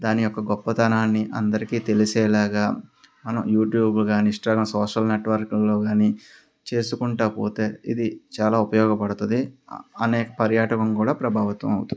దాని యొక్క గొప్పతనాన్ని అందరికీ తెలిసేలాగా మనం యూట్యూబ్ గాని ఇంస్టాగ్రామ్ సోషల్ నెట్వర్క్లలో గాని చేసుకుంటూ పోతే ఇది చాలా ఉపయోగపడుతుంది అనేక పర్యాటకం కూడా ప్రభావితం అవుతుంది